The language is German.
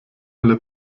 alle